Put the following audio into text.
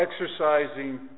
exercising